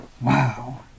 Wow